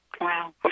Wow